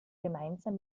gemeinsam